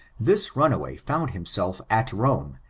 this runaway found himself at rome,